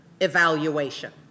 evaluation